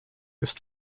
ist